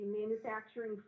manufacturing